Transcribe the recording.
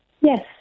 Yes